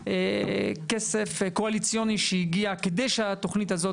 כסף קואליציוני שהגיע כדי שהתוכנית הזאת